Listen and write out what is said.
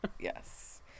yes